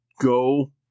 go